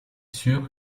sûr